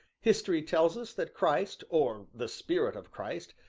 history tells us that christ, or the spirit of christ,